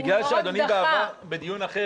בגלל שאדוני בעבר,